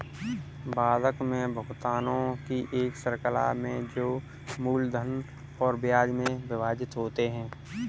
बंधक में भुगतानों की एक श्रृंखला में जो मूलधन और ब्याज में विभाजित होते है